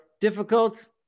difficult